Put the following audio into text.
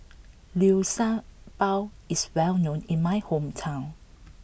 Liu Sha Bao is well known in my hometown